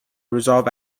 resolve